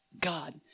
God